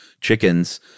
chickens